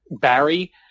Barry